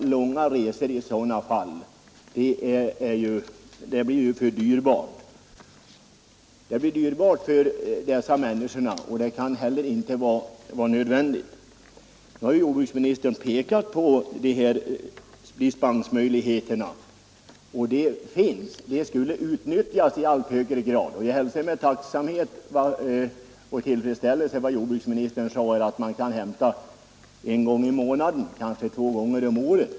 Långa resor i sådana fall blir för dyrbara för alla parter och kan inte heller vara nödvändiga. Jordbruksministern har pekat på de dispensmöjligheter som finns, och de borde utnyttjas i högre grad. Jag hälsar med tillfredsställelse jordbruksministerns uttalande att man kan hämta avfall en gång i månaden eller kanske två gånger om året.